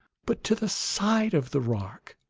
but to the side of the rock.